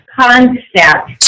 concept